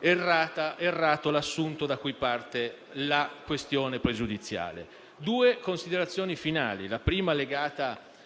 errato l'assunto da cui parte la questione pregiudiziale. Concludo il